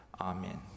Amen